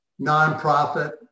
nonprofit